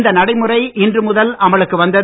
இந்த நடைமுறை இன்று முதல் அமலுக்கு வந்தது